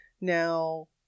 now